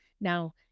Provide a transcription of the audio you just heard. Now